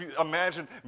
imagine